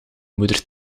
moeder